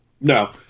No